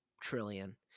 trillion